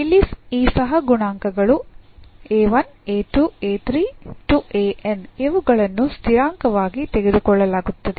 ಇಲ್ಲಿ ಈ ಸಹಗುಣಾಂಕಗಳು a n ಇವುಗಳನ್ನು ಸ್ಥಿರಾಂಕವಾಗಿ ತೆಗೆದುಕೊಳ್ಳಲಾಗುತ್ತದೆ